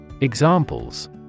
Examples